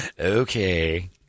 Okay